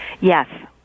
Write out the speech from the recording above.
Yes